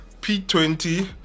P20